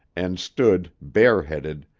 and stood, bareheaded,